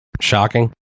shocking